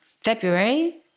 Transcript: February